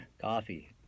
coffee